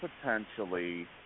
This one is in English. potentially